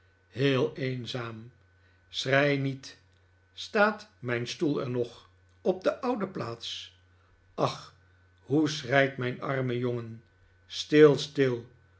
heel eenzaam schrei niet staat mijn stoel er nog op de oude plaats ach hoe schreit mijn arme jongen stil stil